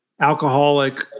alcoholic